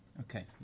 Okay